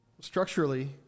structurally